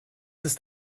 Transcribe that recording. ist